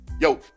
Yo